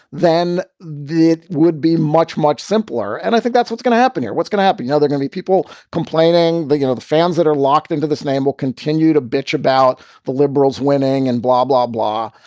then they would be much, much simpler. and i think that's what's going to happen here. what's going to happen now? they're going be people complaining that, you know, the fans that are locked into this name will continue to bitch about the liberals winning and blah, blah, blah.